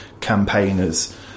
campaigners